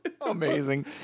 amazing